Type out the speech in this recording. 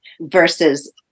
versus